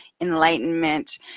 enlightenment